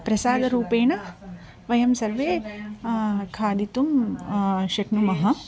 प्रसादरूपेण वयं सर्वे खादितुं शक्नुमः